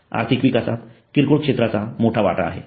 आर्थिक विकासात किरकोळ क्षेत्राचा मोठा वाटा आहे